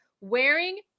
Wearing